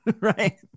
right